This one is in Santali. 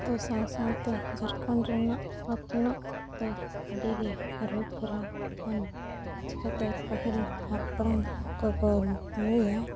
ᱛᱚ ᱥᱟᱶ ᱥᱟᱶᱛᱮ ᱡᱷᱟᱲᱠᱷᱚᱸᱰ ᱨᱮᱱᱟᱜ ᱚᱛᱱᱚᱜ ᱫᱚ ᱟᱹᱰᱤ ᱜᱮ ᱟᱹᱨᱩ ᱯᱷᱮᱨᱟᱣ ᱟᱠᱟᱱᱟ ᱪᱤᱠᱟᱹᱛᱮ ᱯᱟᱹᱦᱤᱞ ᱦᱟᱯᱲᱟᱢ ᱠᱚᱠᱚ ᱞᱟᱹᱭᱟ